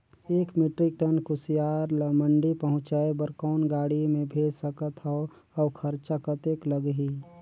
एक metric tonne कुसियार ल मंडी पहुंचाय बर कौन गाड़ी मे भेज सकत हव अउ खरचा कतेक लगही?